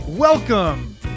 Welcome